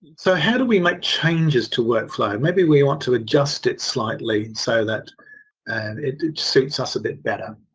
so how do we make changes to workflow? maybe we want to adjust it slightly so that and it suits us a bit better.